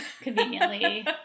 conveniently